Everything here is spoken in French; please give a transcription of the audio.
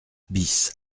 bis